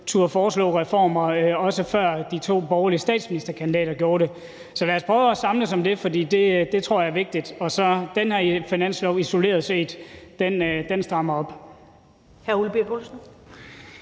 turde foreslå reformer, også før de to borgerlige statsministerkandidater gjorde det. Så lad os prøve at samles om det, for det tror jeg er vigtigt. Og hvad angår den her finanslov isoleret set, så strammer den